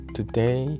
Today